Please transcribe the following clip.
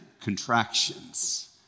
contractions